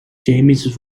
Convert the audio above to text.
james